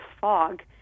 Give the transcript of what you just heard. fog